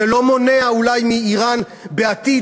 זה לא מונע אולי מאיראן בעתיד,